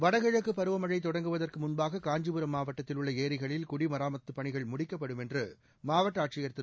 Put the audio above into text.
வடகிழக்கு பருவமழை தொடங்குவதற்கு முன்பாக காஞ்சிபுரம் மாவட்டத்தில் உள்ள ஏரிகளில் குடிமராமத்து பணிகள் முடிக்கப்படும் என்று மாவட்ட ஆட்சியர் திரு